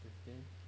fifteen